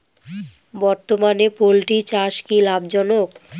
বর্তমানে পোলট্রি চাষ কি লাভজনক?